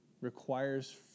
requires